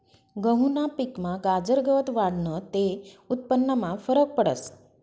गहूना पिकमा गाजर गवत वाढनं ते उत्पन्नमा फरक पडस